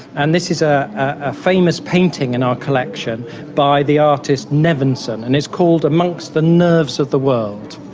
and this is a ah famous painting in our collection by the artist nevinson, and it's called amongst the nerves of the world,